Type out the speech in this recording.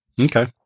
okay